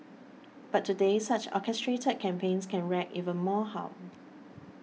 but today such orchestrated campaigns can wreak even more harm